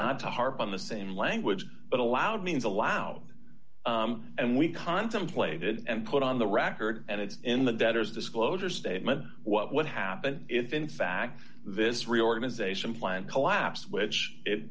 not to harp on the same language but allowed means allow and we contemplated and put on the rack heard and it's in the debtor's disclosure statement what would happen if in fact this reorganization plan collapse which it